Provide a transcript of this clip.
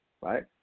right